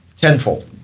tenfold